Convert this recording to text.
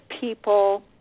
people